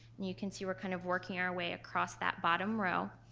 you can see we're kind of working our way across that bottom row.